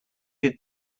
did